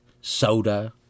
soda